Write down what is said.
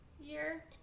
year